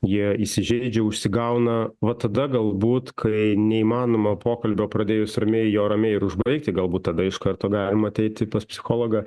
jie įsižeidžia užsigauna va tada galbūt kai neįmanoma pokalbio pradėjus ramiai jo ramiai ir užbaigti galbūt tada iš karto galima ateiti pas psichologą